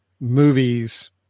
movies